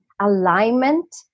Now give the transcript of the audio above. alignment